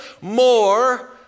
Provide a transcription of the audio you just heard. more